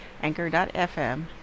anchor.fm